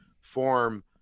form